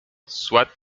soit